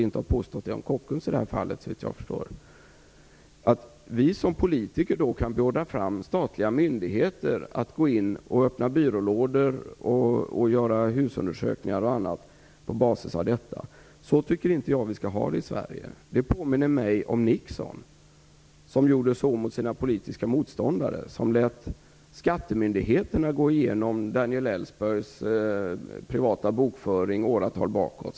Westander har såvitt jag förstår dock inte påstått detta om Kockums. Att vi som politiker kan beordra statliga myndigheter att gå in och öppna byrålådor och göra husundersökningar på basis av detta tycker jag inte skall vara möjligt i Sverige. Det påminner mig om Nixon, som gjorde så mot sina politiska motståndare. Han lät skattemyndigheterna gå igenom Daniel Ellsbergs privata bokföring åratal bakåt.